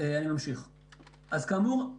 אז כאמור,